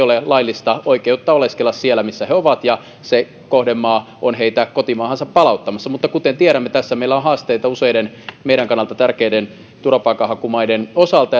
ole laillista oikeutta oleskella siellä missä he ovat ja se kohdemaa on heitä kotimaahansa palauttamassa mutta kuten tiedämme tässä meillä on haasteita useiden meidän kannalta tärkeiden turvapaikan hakumaiden osalta